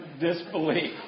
disbelief